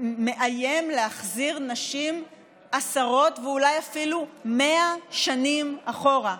מאיים להחזיר נשים עשרות שנים ואולי אפילו 100 שנים אחורה.